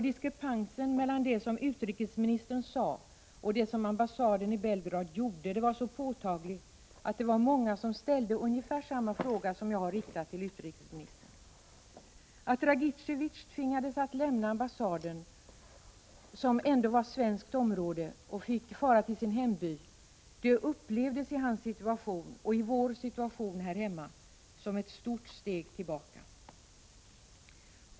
Diskrepansen mellan det som utrikesministern sade och det som ambassaden i Belgrad gjorde var så påtaglig att det var många som ställde ungefär samma fråga som den jag har riktat till utrikesministern. Att Dragitevié tvingades att lämna ambassaden, som ändå var svenskt område, och fick fara till sin hemby upplevdes i hans situation och i vår situation här hemma som ett stort steg tillbaka.